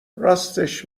راستش